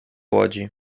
łodzi